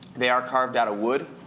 they are carved out of wood.